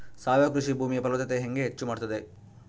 ಸಾವಯವ ಕೃಷಿ ಭೂಮಿಯ ಫಲವತ್ತತೆ ಹೆಂಗೆ ಹೆಚ್ಚು ಮಾಡುತ್ತದೆ?